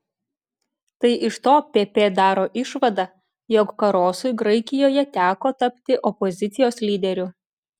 tai iš to pp daro išvadą jog karosui graikijoje teko tapti opozicijos lyderiu